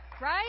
Right